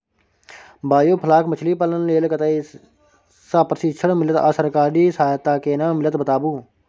Biofloc मछलीपालन लेल कतय स प्रशिक्षण मिलत आ सरकारी सहायता केना मिलत बताबू?